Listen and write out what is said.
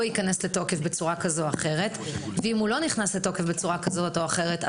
ייכנס לתוקף בצורה כזו או אחרת אם הוא לא נכנס לתוקף בצורה כזו או אחרת,